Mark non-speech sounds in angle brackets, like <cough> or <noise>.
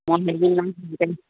<unintelligible>